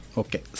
okay